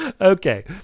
Okay